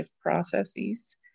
processes